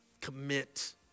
commit